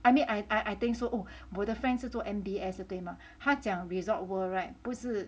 I mean I I think so oh 我的 friend 是做 M_B_S 的对吗他讲 Resorts World [right] 不是